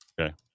okay